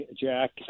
Jack